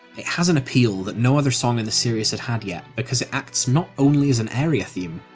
it has an appeal that no other song in the series had had yet because it acts not only as an area theme,